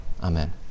Amen